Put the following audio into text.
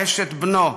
אשת בנו,